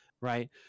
Right